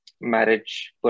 marriage